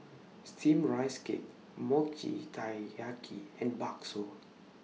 Steamed Rice Cake Mochi Taiyaki and Bakso